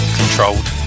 controlled